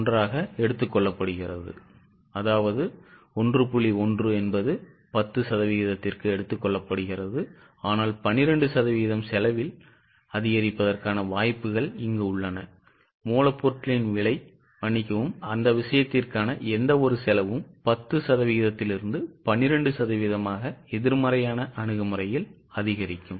1 ஆக எடுத்துக் கொள்ளப்படுகிறது ஆனால் 12 சதவிகிதம் செலவில் அதிகரிப்புக்கான வாய்ப்புகள் மூலப்பொருட்களின் விலை மன்னிக்கவும் அந்த விஷயத்திற்கான எந்தவொரு செலவும் 10 சதவிகிதத்திலிருந்து 12 சதவிகிதமாக எதிர்மறையான அணுகுமுறையில்அதிகரிக்கும்